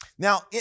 Now